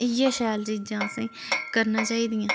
इ'यै शैल चीज़ां असें करना चाहिदियां